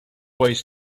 ways